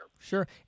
Sure